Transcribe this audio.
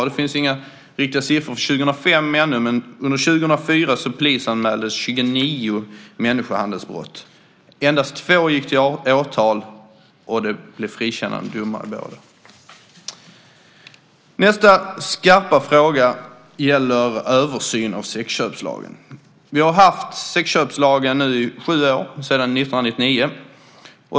Det finns inte riktigt några siffror för 2005 ännu, men under 2004 polisanmäldes 29 människohandelsbrott. Endast två gick till åtal, och det blev frikännande domar i båda fallen. Nästa skarpa fråga gäller en översyn av sexköpslagen. Vi har haft sexköpslagen i sju år nu, sedan 1999.